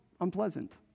unpleasant